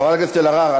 חברת הכנסת אלהרר,